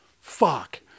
Fuck